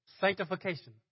Sanctification